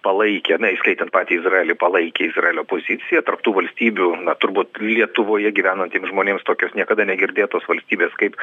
palaikė na įskaitant patį izraelį palaikė izraelio poziciją tarp tų valstybių na turbūt lietuvoje gyvenantiem žmonėms tokios niekada negirdėtos tos valstybės kaip